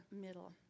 middle